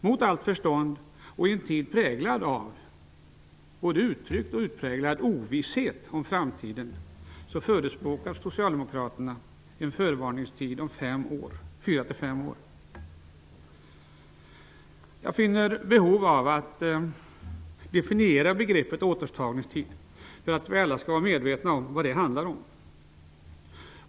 Mot allt förstånd, i en tid präglad av både uttryckt och utpräglad ovisshet om framtiden, förespråkar Socialdemokraterna en förvarningstid om fyra--fem år. Jag finner behov av att definiera begreppet återtagningstid för att vi alla skall vara medvetna om vad det handlar om.